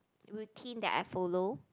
routine that I follow